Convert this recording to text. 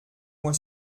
moi